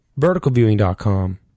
verticalviewing.com